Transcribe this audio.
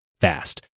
fast